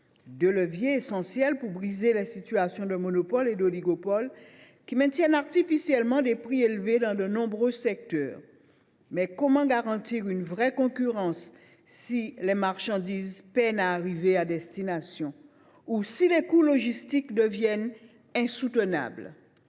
deux leviers essentiels pour briser les situations de monopole ou d’oligopole qui maintiennent artificiellement des prix élevés dans de nombreux secteurs. Mais comment garantir une véritable concurrence, si les marchandises peinent à arriver à destination ou si les coûts logistiques deviennent insoutenables ?